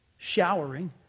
showering